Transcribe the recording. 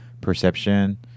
Perception